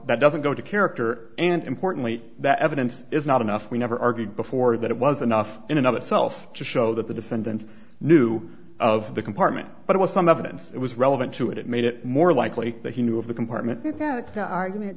that doesn't go to character and importantly that evidence is not enough we never argued before that it was enough in another self to show that the defendant knew of the compartment but it was some evidence it was relevant to it it made it more likely that he knew of the compartment get back the argument